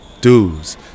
dudes